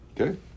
Okay